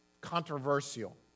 controversial